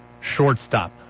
shortstop